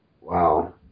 Wow